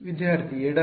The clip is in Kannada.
ವಿದ್ಯಾರ್ಥಿ ಎಡ